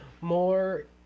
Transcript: more